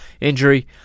injury